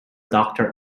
doctor